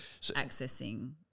accessing